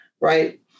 right